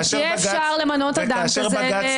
שאפשר יהיה למנות אדם כזה לתפקיד בכיר.